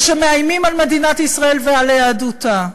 ושמאיימים על מדינת ישראל ועל יהדותה.